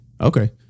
Okay